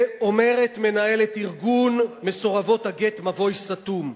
ואומרת מנהלת ארגון מסורבות הגט, "מבוי סתום",